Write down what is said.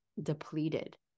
depleted